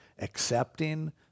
accepting